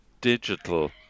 digital